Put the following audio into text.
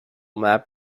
map